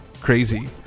crazy